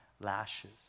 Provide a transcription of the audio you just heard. lashes